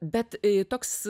bet toks